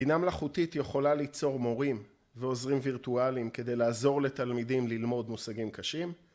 ‫הינה מלאכותית יכולה ליצור ‫מורים ועוזרים וירטואליים ‫כדי לעזור לתלמידים ‫ללמוד מושגים קשים.